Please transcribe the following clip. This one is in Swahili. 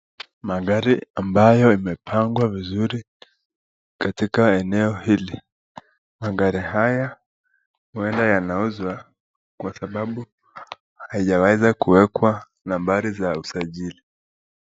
Magari ambayo imepangwa vizuri katika eneo hili . Magari haya huenda yanauzwa kwa sababu haijaweza kuwekwa nambari za usajili.